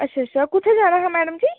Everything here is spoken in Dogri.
अच्छा अच्छा कुत्थै जाना हा मैडम जी